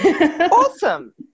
Awesome